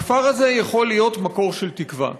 הכפר הזה יכול להיות מקור של תקווה.